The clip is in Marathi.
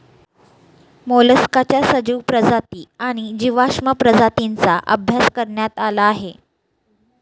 मोलस्काच्या सजीव प्रजाती आणि जीवाश्म प्रजातींचा अभ्यास करण्यात आला आहे